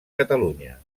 catalunya